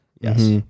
yes